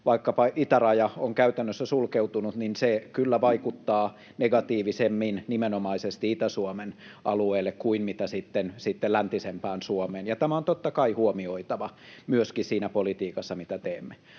vaikkapa itäraja on käytännössä sulkeutunut, kyllä vaikuttaa negatiivisemmin nimenomaisesti Itä-Suomen alueelle kuin mitä sitten läntisempään Suomeen, ja tämä on totta kai huomioitava myöskin siinä politiikassa, mitä teemme.